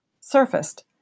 surfaced